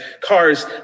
cars